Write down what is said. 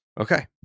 Okay